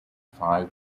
five